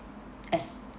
as